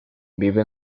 vive